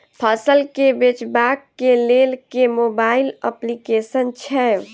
फसल केँ बेचबाक केँ लेल केँ मोबाइल अप्लिकेशन छैय?